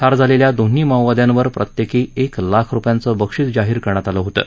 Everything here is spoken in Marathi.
ठार झालेल्या दोन्ही माओवाद्यांवर प्रत्येकी एक लाख रुपयांच बक्षीस जाहीर करण्यात आलं होतं